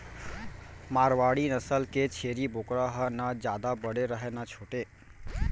मारवाड़ी नसल के छेरी बोकरा ह न जादा बड़े रहय न छोटे